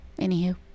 Anywho